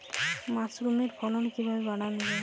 মাসরুমের ফলন কিভাবে বাড়ানো যায়?